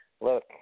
Look